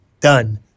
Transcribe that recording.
Done